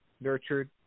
nurtured